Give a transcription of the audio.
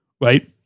right